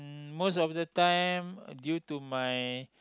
most of time due to my